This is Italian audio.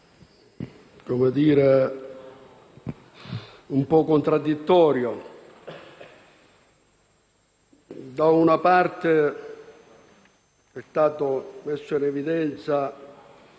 un dato un po' contraddittorio. Da una parte è stato messo in evidenza